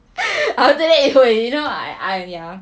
after that it will you know I I ya